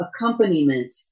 accompaniment